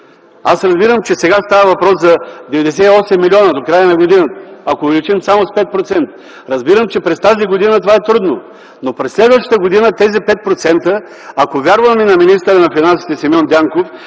Аз разбирам, че сега става въпрос за 98 милиона – до края на годината, ако увеличим само с 5%. Разбирам, че през тази година това е трудно. Но през следващата година тези 5%, ако вярваме на министъра на финансите Симеон Дянков,